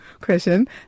question